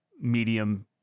medium